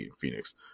Phoenix